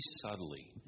subtly